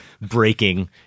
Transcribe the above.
breaking